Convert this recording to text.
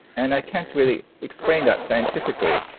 and i can't really explain that scientifically.